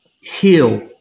heal